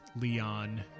Leon